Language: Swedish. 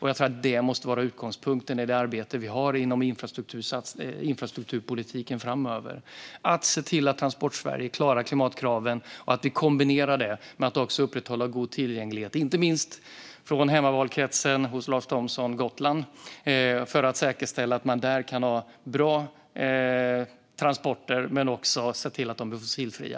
Jag tror att det måste vara utgångspunkten i det arbete vi har inom infrastrukturpolitiken framöver att se till att Transportsverige klarar klimatkraven och att vi kombinerar det med att också upprätthålla god tillgänglighet - inte minst för Lars Thomssons hemmavalkrets Gotland för att säkerställa att man har bra transporter där men också att de är fossilfria.